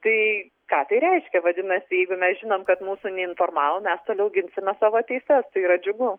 tai ką tai reiškia vadinasi jeigu mes žinom kad mūsų neinformavo mes toliau ginsime savo teises tai yra džiugu